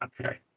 Okay